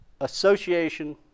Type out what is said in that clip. association